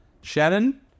shannon